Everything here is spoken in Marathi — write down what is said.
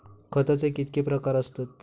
खताचे कितके प्रकार असतत?